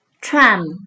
tram